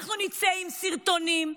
אנחנו נצא עם סרטונים,